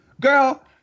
girl